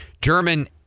German